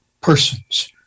persons